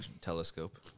telescope